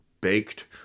baked